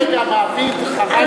באותו רגע המעביד חרג מכל,